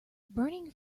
burning